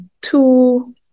two